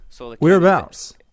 Whereabouts